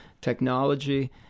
technology—